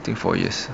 I think four years